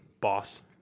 boss